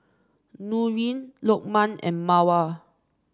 Nurin Lokman and Mawar